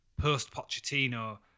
post-Pochettino